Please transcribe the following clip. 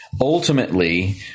ultimately